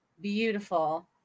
beautiful